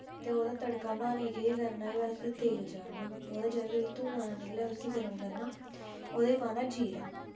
ते ओह्दा तड़का बनाने केह् करना के बस तेल चाढ़ना ओह्दा जिल्लै तोड़ी धुआं निं निकलै उस्सी गर्म करना ओह्दे च पाना जीरा